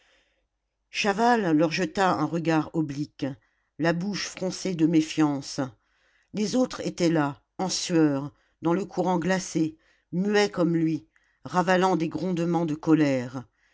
chaval leur jeta un regard oblique la bouche froncée de méfiance les autres étaient là en sueur dans le courant glacé muets comme lui ravalant des grondements de colère